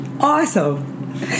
Awesome